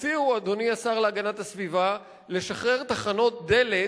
הציעו, אדוני השר להגנת הסביבה, לשחרר תחנות דלק